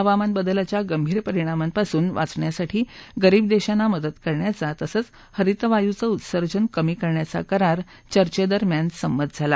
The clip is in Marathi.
हवामान बदलाच्या गंभीर परिणामांपासून वाचण्यासाठी गरीब देशांना मदत करण्याचा तसंच हरितवायुंचं उत्सर्जन कमी करण्याचा करार चर्चेदरम्यान संमत झाला